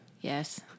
Yes